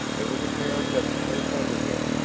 it was apparent that the earth under him,